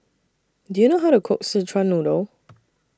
Do YOU know How to Cook Szechuan Noodle